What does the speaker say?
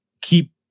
keep